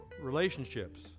relationships